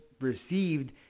received